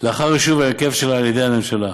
לאחר אישור ההרכב שלה על-ידי הממשלה.